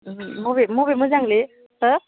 ओहो मबे मबे मोजांलै हो